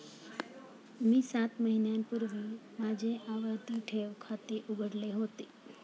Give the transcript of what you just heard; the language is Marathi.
मी सात महिन्यांपूर्वी माझे आवर्ती ठेव खाते उघडले होते